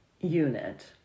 unit